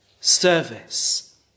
Service